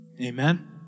Amen